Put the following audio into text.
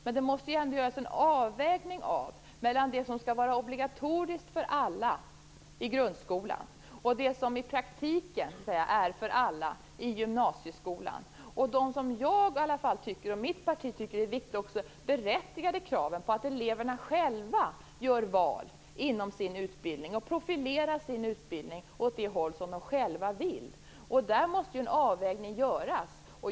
Men det måste ju ändå göras en avvägning mellan det som skall vara obligatoriskt för alla i grundskolan, det som i praktiken är för alla i gymnasieskolan och de, som jag och mitt parti tycker, berättigade kraven på att eleverna själva gör val inom sin utbildning och profilerar sin utbildning åt det håll de själva vill. Där måste en avvägning göras.